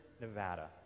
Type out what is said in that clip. Nevada